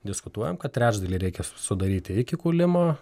diskutuojam kad trečdalį reikia sudaryti iki kūlimo